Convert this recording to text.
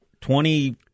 twenty